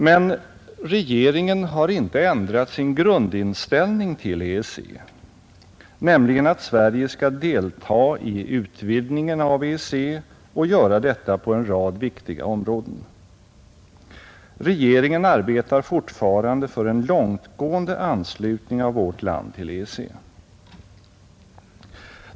Men regeringen har inte ändrat sin grundinställning till EEC, nämligen att Sverige skall delta i utvidgningen av EEC och göra detta på en rad viktiga områden. Regeringen arbetar fortfarande för en långtgående anslutning av vårt land till EEC.